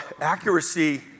accuracy